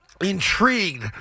intrigued